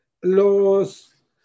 los